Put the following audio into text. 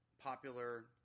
popular